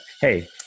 hey